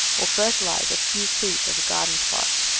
or fertilise a few feet of a garden plot.